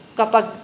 kapag